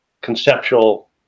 conceptual